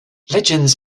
legends